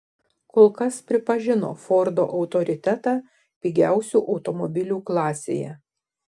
kol kas pripažino fordo autoritetą pigiausių automobilių klasėje